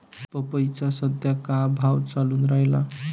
पपईचा सद्या का भाव चालून रायला?